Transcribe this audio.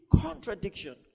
contradiction